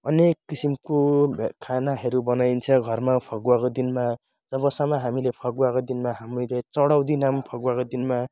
अनेक किसिमको खानाहरू बनाइन्छ घरमा फगुवाको दिनमा तबसम्म हामीले फगुवाको दिनमा हामीले चढाउँदिनौँ फगुवाको दिनमा